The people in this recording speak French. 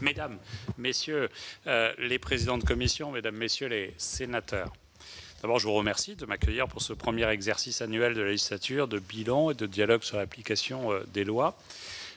mesdames, messieurs les présidents de commission, mesdames, messieurs les sénateurs, je vous remercie de m'accueillir pour ce premier exercice annuel, en cette législature, de bilan et de dialogue sur l'application des lois.